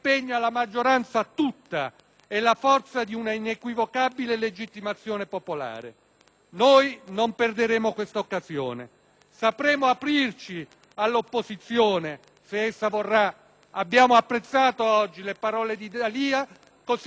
Noi non perderemo questa occasione. Sapremo aprirci all'opposizione se essa vorrà. Abbiamo apprezzato oggi le parole di D'Alia, così come abbiamo apprezzato la mozione che porta la prima firma della vice presidente Bonino.